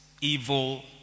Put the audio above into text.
evil